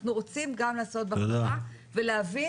אנחנו רוצים גם לעשות בחברה ולהבין